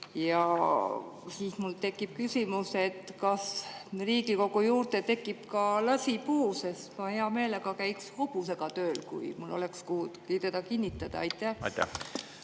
siis mul tekib küsimus, kas Riigikogu juurde tekib ka lasipuu, sest ma hea meelega käiksin hobusega tööl, kui mul oleks kuhugi teda kinnitada. Aitäh,